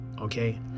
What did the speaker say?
okay